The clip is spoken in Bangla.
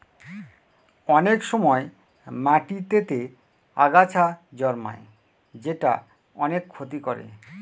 অনেক সময় মাটিতেতে আগাছা জন্মায় যেটা অনেক ক্ষতি করে